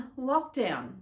lockdown